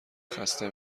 خسته